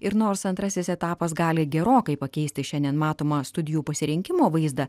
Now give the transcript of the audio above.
ir nors antrasis etapas gali gerokai pakeisti šiandien matomą studijų pasirinkimo vaizdą